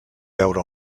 veure